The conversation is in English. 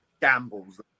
gambles